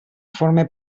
forme